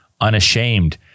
Unashamed